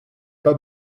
pas